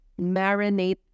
marinate